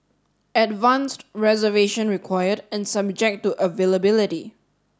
advanced reservation required and subject to availability